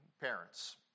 parents